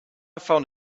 found